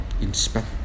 inspect